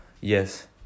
yes